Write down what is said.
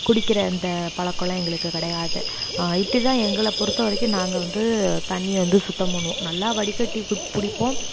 குடிக்கிற அந்த பழக்கமெலாம் எங்களுக்கு கிடையாது இப்படிதான் எங்களை பொறுத்தவரைக்கும் நாங்கள் வந்து தண்ணியை வந்து சுத்தம் பண்ணுவோம் நல்லா வடிகட்டி பிடிப்போம்